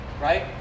right